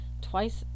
twice